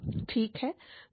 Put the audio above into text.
ठीक है